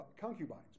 concubines